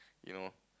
you know